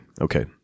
Okay